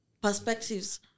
perspectives